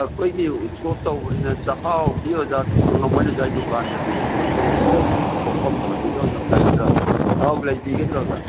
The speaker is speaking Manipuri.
ꯑꯩꯈꯣꯏꯒꯤ ꯎꯁꯣꯞ ꯇꯧꯕꯗꯅꯦ ꯆꯥꯛꯍꯥꯎꯗꯤ ꯑꯣꯖꯥ ꯐꯪꯂꯝꯂꯣꯏꯅꯦ ꯑꯣꯖꯥꯒꯤ ꯗꯨꯀꯥꯟꯗꯗꯤ ꯒ꯭ꯔꯣꯁꯔꯤꯗꯗꯤ ꯄꯣꯐꯝ ꯐꯝꯕꯤꯗ ꯑꯣꯏꯅ ꯂꯩꯒꯗ꯭ꯔꯥ ꯑꯥꯎ ꯂꯩꯕꯤꯒꯗ꯭ꯔꯣ ꯑꯣꯖꯥ